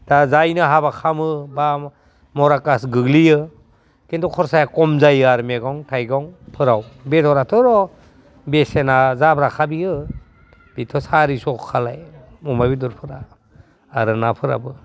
दा जायनो हाबा खामो बा मरा कास गोग्लैयो खिन्थु खरसाया खम जायो आरो मैगं थाइगंफोराव बेदराथ' बेसेना जाब्राखा बेयो बिथ' सारिस'खालाय अमा बेदरफोरा आरो नाफोराबो